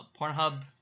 Pornhub